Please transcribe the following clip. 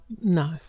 no